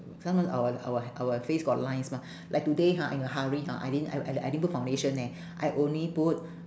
sometime our our our face got lines mah like today har I in a hurry har I didn't I I I didn't put foundation leh I only put